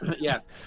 Yes